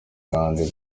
bahuriye